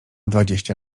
dwadzieścia